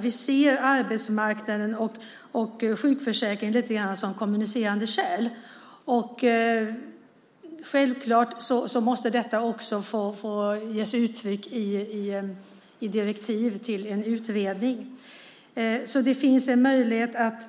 Vi ser arbetsmarknaden och sjukförsäkringen lite grann som kommunicerande kärl. Självklart måste detta också få ges uttryck i direktiv till en utredning. Så det finns en möjlighet att